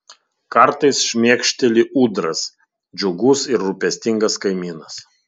kartais šmėkšteli ūdras džiugus ir rūpestingas kaimynas